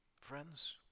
Friends